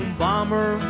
bomber